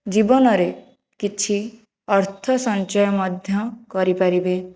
ଜୀବନରେ କିଛି ଅର୍ଥ ସଞ୍ଚୟ ମଧ୍ୟ କରିପାରିବେ